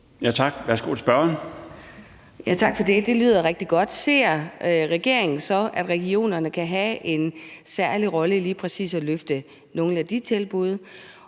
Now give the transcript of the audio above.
Broman Mølbæk (SF): Tak for det. Det lyder rigtig godt. Ser regeringen så, at regionerne kan have en særlig rolle i lige præcis at løfte nogle af de tilbud?